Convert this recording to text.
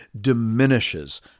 diminishes